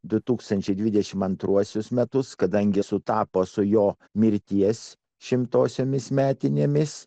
du šūkstančiai dvidešimta antruosius metus kadangi sutapo su jo mirties šimtosiomis metinėmis